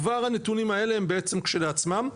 כבר הנתונים האלה הם בעצם כשלעצמם,